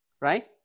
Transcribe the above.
right